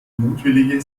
mutwillige